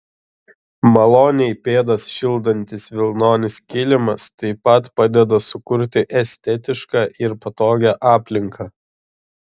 maloniai pėdas šildantis vilnonis kilimas taip pat padeda sukurti estetišką ir patogią aplinką